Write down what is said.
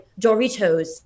Doritos